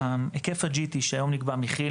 היקף ה-GT שהיום נגבה מכי"ל,